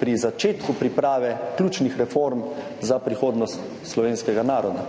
pri začetku priprave ključnih reform za prihodnost slovenskega naroda.